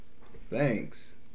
Thanks